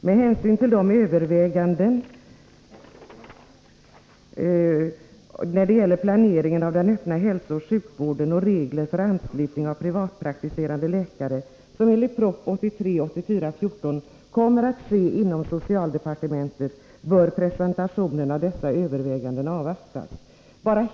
Med hänsyn till de överväganden beträffande planeringen av den öppna hälsooch sjukvården samt reglerna för anslutning av privatpraktiserande läkare som enligt proposition 1983/84:14 kommer att ske inom socialdepartementet, bör presentationen av dessa överväganden avvaktas.